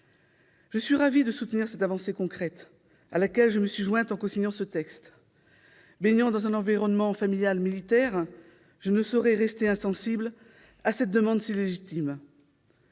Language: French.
Je suis ravie de soutenir cette avancée concrète, à laquelle je me suis jointe en cosignant ce texte. Baignant dans un environnement familial militaire, je ne saurais rester insensible à cette demande si légitime.